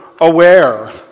aware